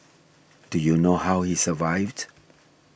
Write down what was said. do you know how he survived